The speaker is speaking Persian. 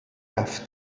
رفت